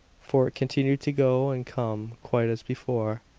fort continued to go and come quite as before.